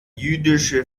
jüdische